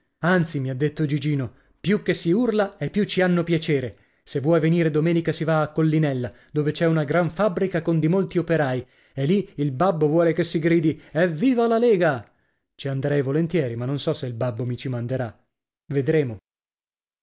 anzi mi ha detto gigino più che si urla e più ci hanno piacere se vuoi venire domenica si va a collinella dove c'è una gran fabbrica con di molti operai e lì il babbo vuole che si gridi evviva la lega ci anderei volentieri ma non so se il babbo mi ci manderà vedremo